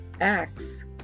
Acts